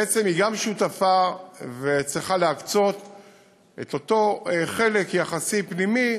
היא גם שותפה וצריכה להקצות את אותו חלק יחסי פנימי